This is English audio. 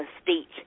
speech